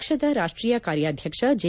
ಪಕ್ಷದ ರಾಷ್ಟೀಯ ಕಾರ್ಯಾಧ್ಯಕ್ಷ ಜೆ